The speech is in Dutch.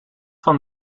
van